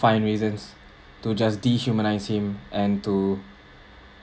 find reasons to just dehumanise him and to